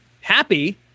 happy